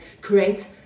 create